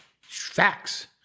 Facts